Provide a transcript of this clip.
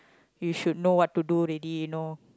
you should know what to do already you know